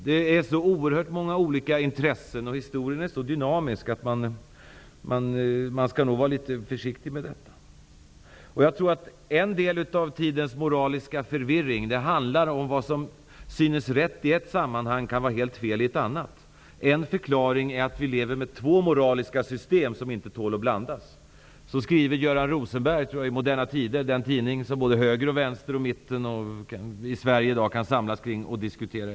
Det finns så oerhört många olika intressen, och historien är dynamisk. Man får vara litet försiktig. Jag tror att en del av tidens moraliska förvirring handlar om vad som synes rätt i ett sammanhang kan vara fel i ett annat. En förklaring är att vi lever med två moraliska system som inte tål att blandas. Så skriver Göran Rosenberg i Moderna Tider. Det är den tidning som både Höger, Vänster och Mitten i Sverige i dag kan samlas kring och diskutera.